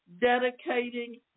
Dedicating